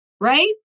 right